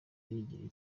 yigirira